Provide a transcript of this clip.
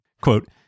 quote